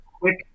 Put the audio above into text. quick